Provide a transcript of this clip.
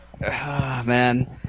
Man